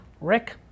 Rick